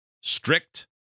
strict